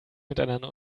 miteinander